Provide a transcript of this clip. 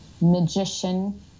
magician